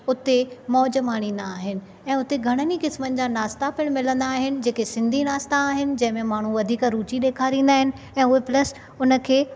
हुते मौज माणींदा आहिनि ऐं हुते घणनि ई क़िस्मनि जा नाश्ता पिण मिलंदा आहिनि जेके सिंधी नाश्ता आहिनि जिंहिं में माण्हू वधीक रुची ॾेखारींदा आहिनि ऐं उहे पल्स हुन खे